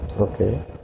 Okay